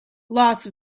lots